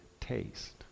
taste